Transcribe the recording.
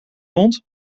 mond